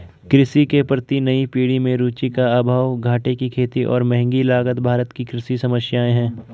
कृषि के प्रति नई पीढ़ी में रुचि का अभाव, घाटे की खेती और महँगी लागत भारत की कृषि समस्याए हैं